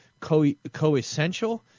coessential